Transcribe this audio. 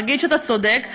נגיד שאתה צודק,